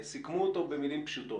סיכמו במילים פשוטות: